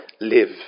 live